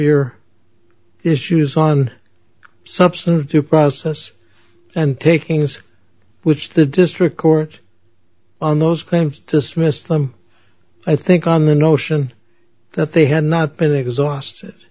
your issues on substance through process and takings which the district court on those claims dismissed them i think on the notion that they had not been exhausted